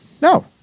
No